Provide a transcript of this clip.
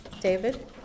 David